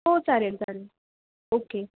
हो चालेल चालेल ओके